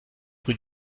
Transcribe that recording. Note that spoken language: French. rue